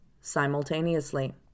simultaneously